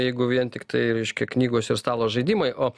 jeigu vien tiktai reiškia knygos ir stalo žaidimai o